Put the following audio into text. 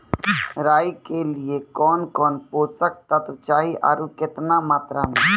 राई के लिए कौन कौन पोसक तत्व चाहिए आरु केतना मात्रा मे?